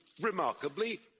remarkably